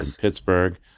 Pittsburgh